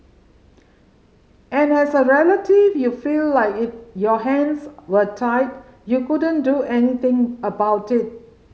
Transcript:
and has a relative you feel like your hands were tied you couldn't do anything about it